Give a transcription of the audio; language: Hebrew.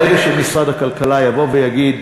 ברגע שמשרד הכלכלה יבוא ויגיד: